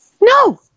No